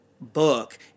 book